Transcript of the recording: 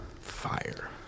Fire